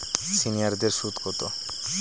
সিনিয়ারদের সুদ কত?